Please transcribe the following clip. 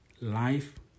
Life